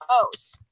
O's